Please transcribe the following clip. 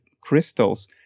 crystals